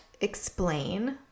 explain